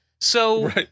So-